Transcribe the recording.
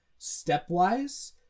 stepwise